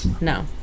No